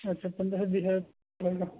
اچھا پندرہ سے بیس ہزار لگے گا